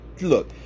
look